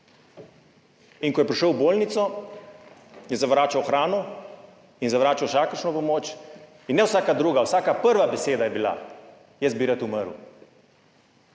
Ko je prišel v bolnico, je zavračal hrano in zavračal vsakršno pomoč. Ne vsaka druga, vsaka prva beseda je bila, jaz bi rad umrl.